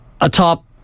atop